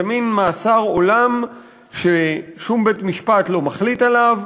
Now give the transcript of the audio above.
זה מין מאסר עולם ששום בית-משפט לא מחליט עליו,